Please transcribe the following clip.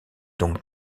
donc